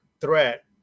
threat